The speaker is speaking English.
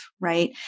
right